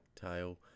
tail